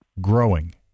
growing